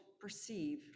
perceive